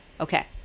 Okay